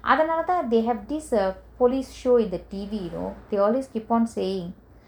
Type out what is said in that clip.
அதனாலதா:athanalatha they have this ah police show in the T_V now they keep on saying